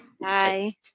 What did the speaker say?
Bye